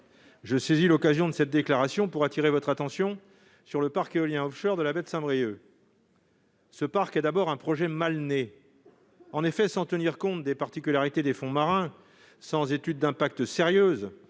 Je saisis l'occasion de cette déclaration pour attirer l'attention sur le parc éolien offshore de la baie de Saint-Brieuc. Ce parc est d'abord un projet mal né. Sans prise en compte des particularités des fonds marins, sans étude d'impact sérieuse